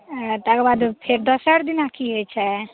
हँ तकर बाद फेर दोसर दिना की होइत छै